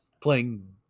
playing